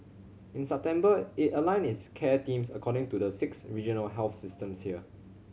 in September it aligned its care teams according to the six regional health systems here